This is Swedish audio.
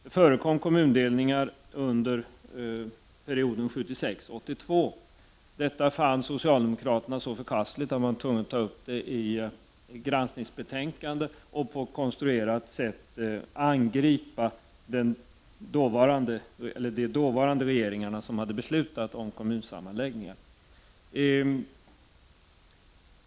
Det förekom kommundelningar under perioden 1976-1982. Detta fann socialdemokraterna så förkastligt att man var tvungen att ta upp det i granskningsbetänkandet och på ett konstruerat sätt angripa de dåvarande regeringarna, som hade beslutat om kommundelningar.